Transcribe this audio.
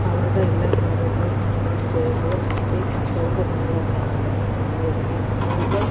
അവരുടെ എല്ലാ കാര്യങ്ങളും അവർ ചെയ്യുന്നത് ഈ കച്ചവടത്തിൽ നിന്നുതന്നെയാണല്ലോ ആയതിനാൽ കൂടുതൽ